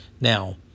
Now